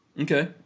Okay